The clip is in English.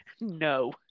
no